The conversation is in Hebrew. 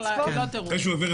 תירוץ